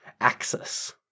axis